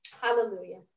Hallelujah